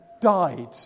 died